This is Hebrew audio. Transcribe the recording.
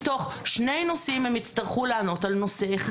מתוך שני נושאים, הם הצטרכו לענות על נושא אחד.